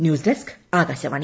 news desk Akashvani